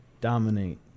dominate